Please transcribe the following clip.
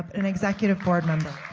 an executive board member.